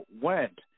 went